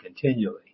continually